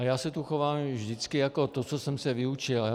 Já se tu chovám vždycky jako to, co jsem se vyučil.